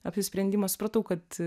apsisprendimą supratau kad